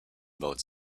both